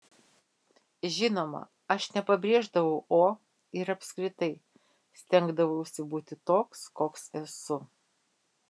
žinoma aš nepabrėždavau o ir apskritai stengdavausi būti toks koks esu